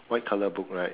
white colour book right